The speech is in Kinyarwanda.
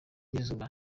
n’izuba